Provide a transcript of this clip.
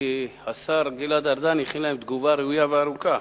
כי השר גלעד ארדן הכין להם תגובה ראויה וארוכה,